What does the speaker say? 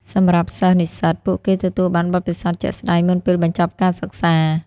សម្រាប់សិស្ស-និស្សិត ពួកគេទទួលបានបទពិសោធន៍ជាក់ស្តែងមុនពេលបញ្ចប់ការសិក្សា។